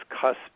cusp